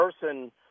person